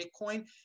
Bitcoin